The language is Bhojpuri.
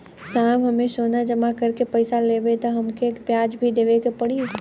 साहब हम सोना जमा करके पैसा लेब त हमके ब्याज भी देवे के पड़ी?